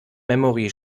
memory